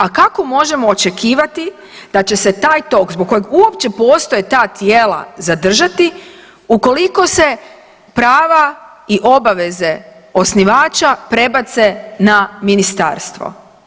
A kako možemo očekivati da će se taj tok zbog kojeg uopće postoje ta tijela zadržati ukoliko se prava i obaveze osnivača prebace na Ministarstvo?